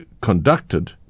conducted